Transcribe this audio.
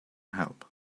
help